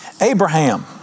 Abraham